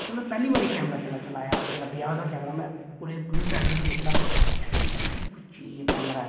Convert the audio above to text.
फिर में पैह्ली बारी कैमरा चलाया जेल्लै ब्याह दा कैमरा में ओह्दे बल्यूफेंडर च दिक्खेआ में आखेआ यार एह् कोई चीज ऐ कैमरा ऐ